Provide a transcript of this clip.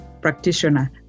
practitioner